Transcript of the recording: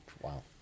Wow